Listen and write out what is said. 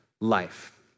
life